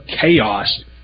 chaos